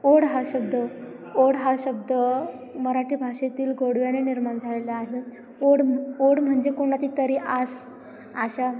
ओढ हा शब्द ओढ हा शब्द मराठी भाषेतील गोडव्याने निर्माण झालेला आहे ओढ ओढ म्हणजे कोणाची तरी आस आशा